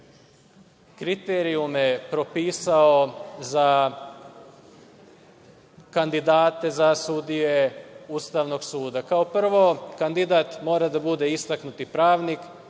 kriterijume propisao za kandidate za sudije Ustavnog suda. Kao prvo, kandidat mora da bude istaknuti pravnik.